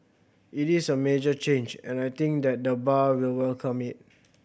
it is a major change and I think that the bar will welcome it